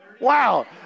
Wow